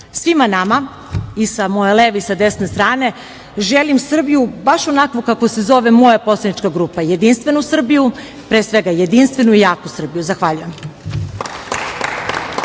nama i sa moje leve i desne strane želim Srbiju baš onakvu kako se zove moja poslanička grupa, jedinstvenu Srbiju, pre svega jedinstvenu i jaku Srbiju. Zahvaljujem.